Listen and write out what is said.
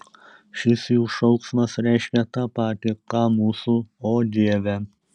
šis jų šauksmas reiškia tą patį ką mūsų o dieve